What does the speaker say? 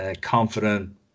confident